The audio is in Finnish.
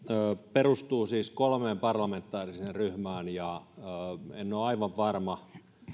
perustuu siis kolmeen parlamentaariseen ryhmään en ole aivan varma